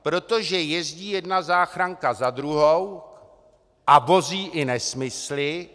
Protože jezdí jedna záchranka za druhou a vozí i nesmysly.